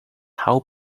how